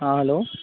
हँ हेलो